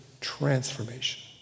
transformation